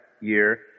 year